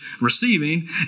receiving